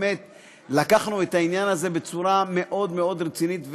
לקחנו את העניין הזה בצורה מאוד מאוד רצינית.